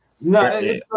No